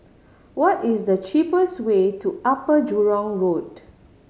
what is the cheapest way to Upper Jurong Road